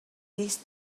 these